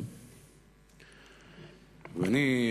ואני,